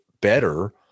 better